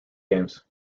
games